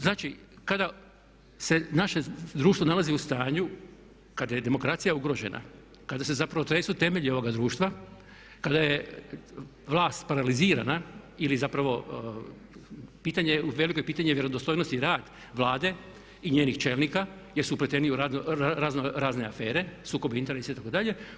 Znači kada se naše društvo nalazi u stanju, kada je demokracija ugrožena, kada se zapravo tresu temelji ovoga društva, kada je vlast paralizirana, ili zapravo pitanje, uveliko je pitanje vjerodostojnosti rad Vlade i njenih čelnika jer su upleteni u razno razne afere, sukobe interesa itd.